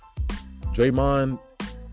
Draymond